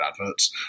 adverts